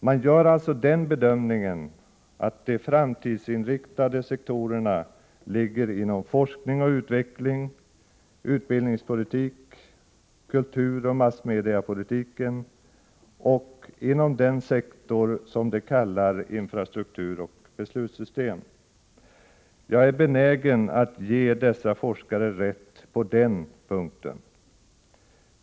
Man gör alltså den bedömningen att de framtidsinriktade sektorerna ligger inom forskning och utveckling, utbildningspolitik, kulturoch massmediepolitik och inom den sektor som man kallar infrastruktur och beslutssystem. Jag är benägen att ge dessa forskare rätt på den punkten.